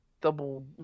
double